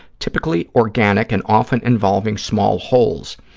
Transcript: typically organic and often involving small holes.